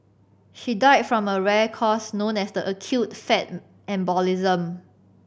she died from a rare cause known as acute fat embolism